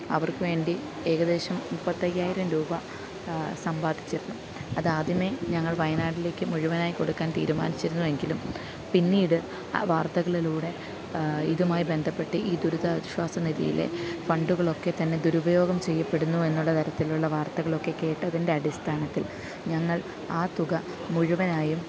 അവര്ക്ക് വേണ്ടി ഏകദേശം മുപ്പത്തി അയ്യായിരം രൂപ സമ്പാദിച്ചിരുന്നു അത് ആദ്യമേ ഞങ്ങള് വയനാടിലേക്ക് മുഴുവനായി കൊടുക്കാന് തീരുമാനിച്ചിരുന്നുവെങ്കിലും പിന്നീട് ആ വാര്ത്തകളിലൂടെ ഇതുമായി ബന്ധപ്പെട്ട് ഈ ദുരിതാശ്വാസ നിധിയിലെ ഫണ്ടുകളൊക്കെ തന്നെ ദുരുപയോഗം ചെയ്യപ്പെടുന്നു എന്നുള്ള തരത്തിലുള്ള വാര്ത്തകളെക്കെ കേട്ടതിന്റെ അടിസ്ഥാനത്തില് ഞങ്ങള് ആ തുക മുഴുവനായും